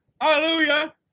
Hallelujah